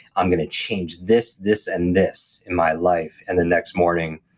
i'm going to change this, this and this in my life, and the next morning,